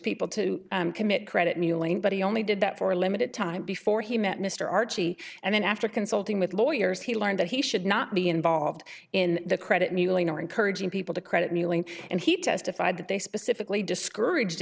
people to commit credit mewling but he only did that for a limited time before he met mr archie and then after consulting with lawyers he learned that he should not be involved in the credit mewling or encouraging people to credit kneeling and he testified that they specifically discouraged